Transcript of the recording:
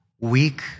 weak